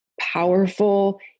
powerful